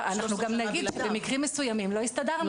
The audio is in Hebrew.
אנחנו גם נגיד שבמקרים מסוימים לא הסתדרנו.